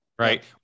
Right